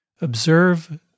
Observe